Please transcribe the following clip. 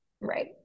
right